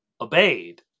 obeyed